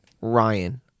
Ryan